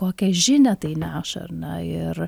kokią žinią tai neša ar na ir